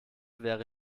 wäre